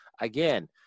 again